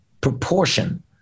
proportion